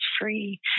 free